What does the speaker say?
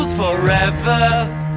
Forever